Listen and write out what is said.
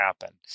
happen